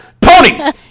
ponies